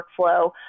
workflow